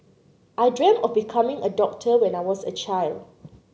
I dreamt of becoming a doctor when I was a child